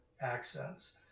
accents